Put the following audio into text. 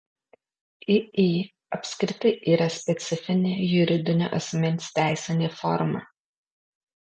iį apskritai yra specifinė juridinio asmens teisinė forma